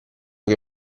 che